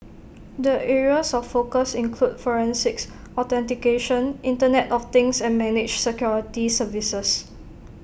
the areas of focus include forensics authentication Internet of things and managed security services